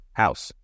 house